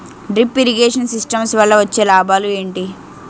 Drip irrigation system వల్ల వచ్చే లాభాలు ఏంటి?